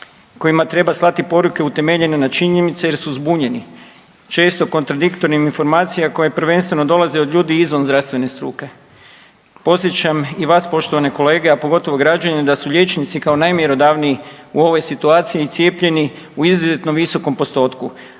kojima treba slati poruke utemeljene na činjenicama jer su zbunjeni često kontradiktornim informacijama koje prvenstveno dolaze od ljudi izvan zdravstvene struke. Podsjećam i vas poštovane kolege, a pogotovo građane da su liječnici kao najmjerodavniji u ovoj situaciji cijepljeni u izuzetno visokom postotku,